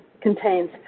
contains